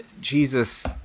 Jesus